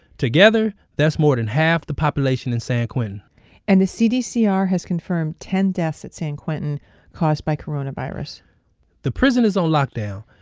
together, that's more than half the population in san quentin and the cdcr has confirmed ten deaths at san quentin caused by coronavirus the prison is on lockdown.